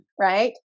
right